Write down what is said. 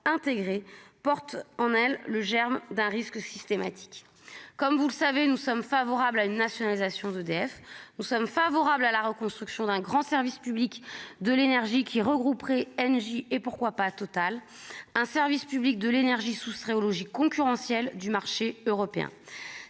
intégré porte en elle le germe d'un risque systématique comme vous le savez, nous sommes favorables à une nationalisation d'EDF nous sommes favorables à la reconstruction d'un grand service public de l'énergie qui regrouperait NJ et pourquoi pas à Total un service public de l'énergie soustrait aux logique concurrentielle du marché européen,